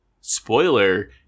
spoiler